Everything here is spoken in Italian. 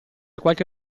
qualche